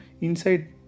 inside